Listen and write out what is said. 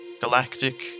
galactic